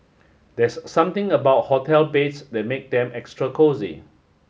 there's something about hotel beds that makes them extra cosy